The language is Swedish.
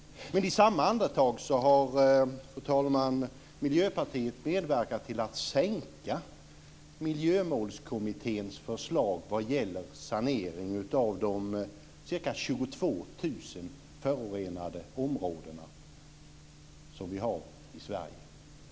Men i samma andetag, fru talman, har Miljöpartiet medverkat till att sänka Miljömålskommitténs förslag vad gäller sanering av de ca 22 000 förorenade områden vi har i Sverige.